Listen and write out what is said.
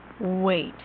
Wait